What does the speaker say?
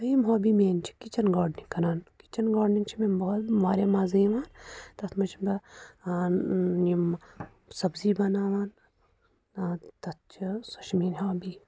دوٚیِم ہابی میٛٲنۍ چھِ کِچَن گاڈنِنٛگ کَران کِچَن گاڈنِنٛگ چھِ مےٚ واریاہ مَزٕ یِوان تَتھ منٛز چھِ بہٕ یِم سبزی بَناوان تَتھ چھِ سۄ چھِ میٛٲنۍ ہابی